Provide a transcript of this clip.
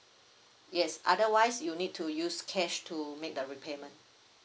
yes otherwise you need to use cash to make the repayment